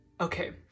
Okay